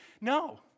no